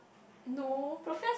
no